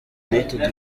united